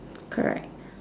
correct